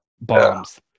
bombs